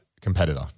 competitor